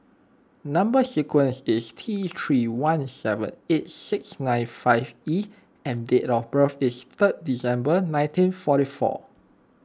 Number Sequence is T three one seven eight six nine five E and date of birth is third December nineteen forty four